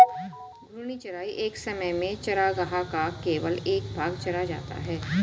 घूर्णी चराई एक समय में चरागाह का केवल एक भाग चरा जाता है